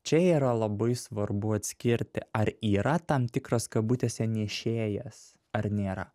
čia yra labai svarbu atskirti ar yra tam tikras kabutėse nešėjęs ar nėra